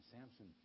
Samson